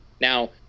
now